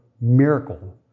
miracle